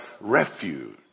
refuge